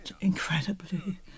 incredibly